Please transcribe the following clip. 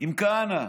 עם כהנא?